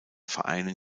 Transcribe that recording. vereinen